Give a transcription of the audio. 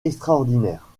extraordinaire